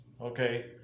Okay